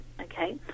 okay